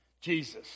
Jesus